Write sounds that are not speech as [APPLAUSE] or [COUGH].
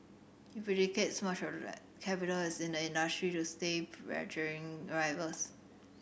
he [UNINTELLIGIBLE] much of that capital is in the industry to stay pressuring rivals